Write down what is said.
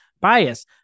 bias